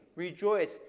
Rejoice